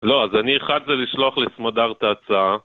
לא, אז אני אחד זה לשלוח לסמודר את ההצעה